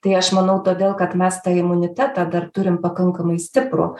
tai aš manau todėl kad mes tą imunitetą dar turim pakankamai stiprų